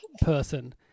person